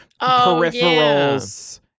peripherals